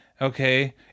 Okay